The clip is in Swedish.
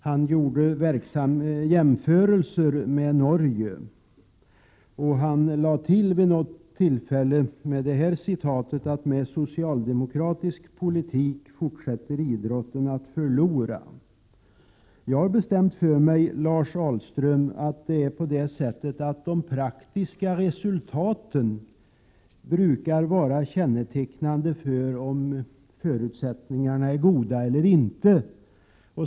Han gjorde jämförelser med Norge, och han sade också att med socialdemokratisk politik fortsätter idrotten att förlora. Jag har bestämt för mig, Lars Ahlström, att de praktiska resultaten brukar vara kännetecknande för om förutsättningarna är goda eller inte.